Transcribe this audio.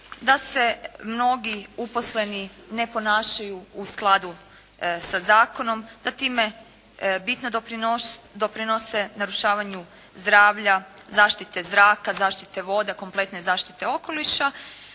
da se mnogi uposleni ne ponašaju u skladu sa zakonom, da time doprinose narušavanju zdravlja, zaštite zraka, zaštite voda, kompletne zaštite okoliša